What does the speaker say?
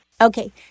Okay